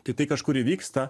tai tai kažkur įvyksta